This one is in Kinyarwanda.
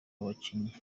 abakinnyi